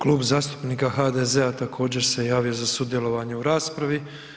Klub zastupnika HDZ-a također se javio za sudjelovanje u raspravi.